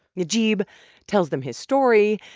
najeeb tells them his story.